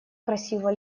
красиво